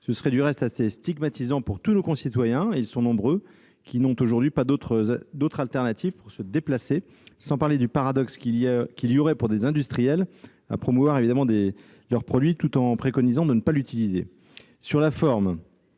Ce serait du reste assez stigmatisant pour tous nos concitoyens, et ils sont nombreux, qui n'ont aujourd'hui pas d'autre solution pour se déplacer, sans parler du paradoxe qu'il y aurait pour des industriels à promouvoir leur produit tout en préconisant de ne pas l'utiliser ... Sur la forme,